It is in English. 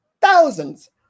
thousands